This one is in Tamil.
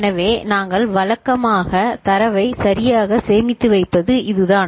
எனவே நாங்கள் வழக்கமாக தரவை சரியாக சேமித்து வைப்பது இதுதான்